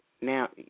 Now